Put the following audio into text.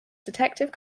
detective